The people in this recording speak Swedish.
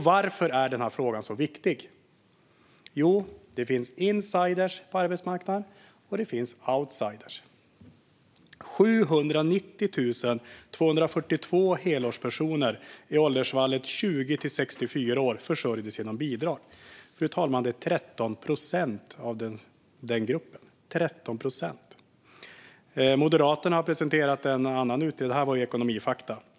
Varför är då den här frågan så viktig? Jo, det finns insiders på arbetsmarknaden, och det finns outsiders. Under 2020 försörjdes 790 242 helårspersoner i åldersintervallet 20-64 år genom bidrag. Det är 13 procent av den gruppen, fru talman. De här uppgifterna kommer från Ekonomifakta.